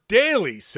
daily